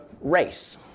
race